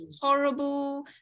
horrible